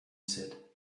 said